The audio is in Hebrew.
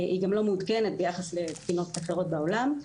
היא גם לא מעודכנת ביחס לתקינות אחרות בעולם,